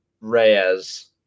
Reyes